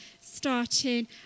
starting